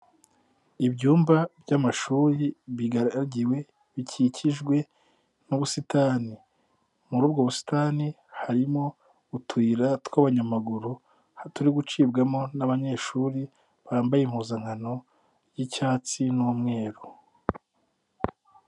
Ibyumba by'amashuri byigaragiwe bikikijwe n'ubusitani, muri ubwo busitani harimo utuyira tw'abanyamaguru hatari gucibwamo n'abanyeshuri bambaye impuzankano y'icyatsi n'umweru.